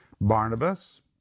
Barnabas